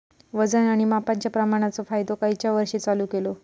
वजन आणि मापांच्या प्रमाणाचो कायदो खयच्या वर्षी चालू केलो?